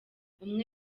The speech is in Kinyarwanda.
umwe